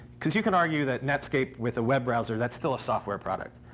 because you can argue that netscape with a web browser, that's still a software product.